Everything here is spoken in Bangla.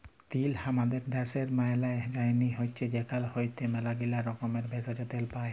তিল হামাদের ড্যাশের মায়পাল যায়নি হৈচ্যে সেখাল হইতে ম্যালাগীলা রকমের ভেষজ, তেল পাই